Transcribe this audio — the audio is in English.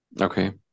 Okay